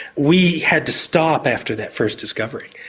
we had to stop after that first discovery.